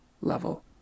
level